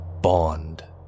Bond